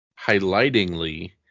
highlightingly